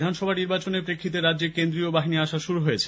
বিধানসভা নির্বাচনের প্রেক্ষিতে রাজ্যে কেন্দ্রীয় বাহিনী আসা শুরু হয়েছে